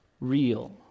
real